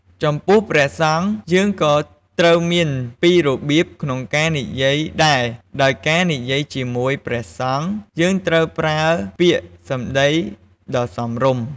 ចំពោះព្រះសង្ឃយើងក៏ត្រូវមានពីរបៀបក្នុងការនិយាយដែរ ដោយការនិយាយជាមួយព្រះសង្ឃយើងត្រូវប្រើពាក្យសំដីដ៏សមរម្យ។